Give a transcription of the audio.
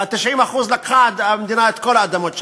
וה-90% לקחה המדינה את כל האדמות שלהם.